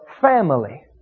family